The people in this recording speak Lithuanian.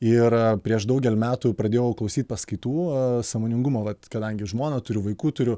ir prieš daugel metų pradėjau klausyt paskaitų sąmoningumo vat kadangi žmoną turiu vaikų turiu